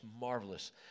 marvelous